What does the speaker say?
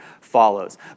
follows